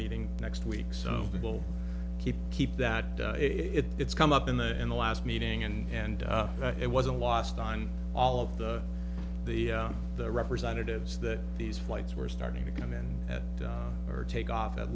meeting next week so people keep keep that it it's come up in the in the last meeting and and it was a lost on all of the the the representatives that these flights were starting to come in at or take off at